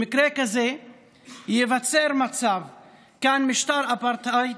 במקרה כזה ייווצר כאן משטר אפרטהייד,